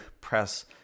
press